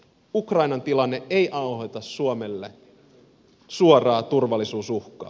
ukrainan tilanne ei aiheuta suomelle suoraa turvallisuusuhkaa